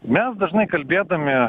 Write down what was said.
mes dažnai kalbėdami